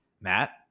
Matt